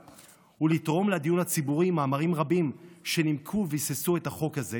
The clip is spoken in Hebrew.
ולתרום לדיון הציבורי מאמרים רבים שנימקו וביססו את החוק הזה,